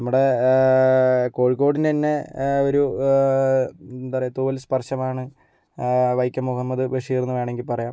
നമ്മുടെ കോഴിക്കോട്ടിനെന്നെ ഒരു എന്താ പറയുക തൂവൽ സ്പർശമാണ് വൈക്കം മുഹമ്മദ് ബഷീർ എന്ന് വേണമെങ്കിൽ പറയാം